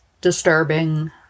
disturbing